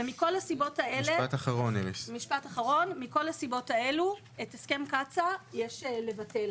ומכל הסיבות האלה, את הסכם קצא"א יש לבטל